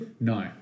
No